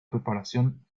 preparación